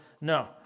No